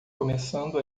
começando